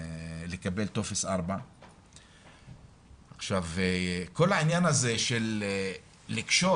לקבל טופס 4. עכשיו, כל העניין הזה של לקשור,